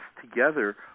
together